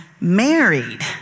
married